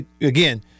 again